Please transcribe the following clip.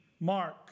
mark